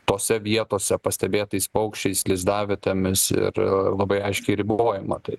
tose vietose pastebėtais paukščiais lizdavietėmis ir labai aiškiai ribojama tai